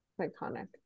Iconic